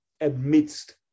amidst